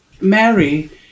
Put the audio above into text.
Mary